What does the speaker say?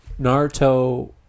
Naruto